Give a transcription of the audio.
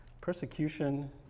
Persecution